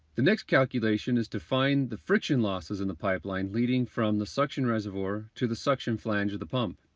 the next calculation is to find the friction losses in the pipeline leading from the suction reservoir to the suction flange of the pump.